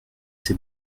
ses